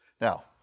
Now